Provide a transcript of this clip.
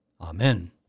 Amen